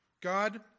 God